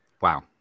Wow